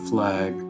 Flag